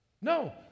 No